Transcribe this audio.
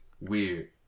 Weird